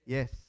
Yes